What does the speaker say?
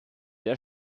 der